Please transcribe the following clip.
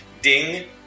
ding